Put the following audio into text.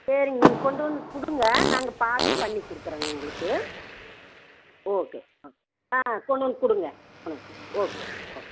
சரிங்க நீங்கள் கொண்டு வந்து கொடுங்க நாங்கள் பார்த்து பண்ணி கொடுக்குறோங்க உங்களுக்கு ஓகே ஓகே ஆ கொண்டு வந்து கொடுங்க ஆ கொடுங்க ஓகே ஓகே